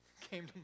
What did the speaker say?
came